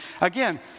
again